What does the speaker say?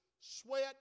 sweat